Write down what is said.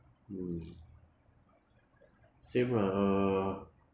mm same lah uh